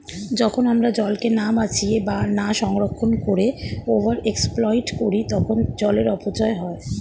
যখন আমরা জলকে না বাঁচিয়ে বা না সংরক্ষণ করে ওভার এক্সপ্লইট করি তখন জলের অপচয় হয়